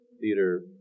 theater